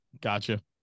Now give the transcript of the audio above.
Gotcha